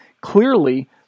clearly